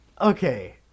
okay